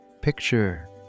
Picture